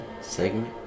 segment